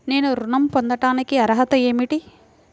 నేను ఋణం పొందటానికి అర్హత ఏమిటి?